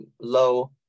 Low